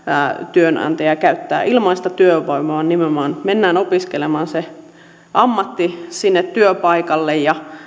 työnantaja käyttää ilmaista työvoimaa vaan nimenomaan mennään opiskelemaan ammatti sinne työpaikalle ja